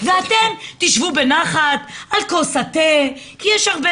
ואתם תשבו בנחת על כוס התה כי יש הרבה